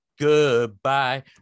goodbye